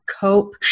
cope